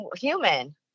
human